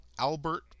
Albert